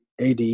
AD